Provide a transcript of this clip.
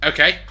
Okay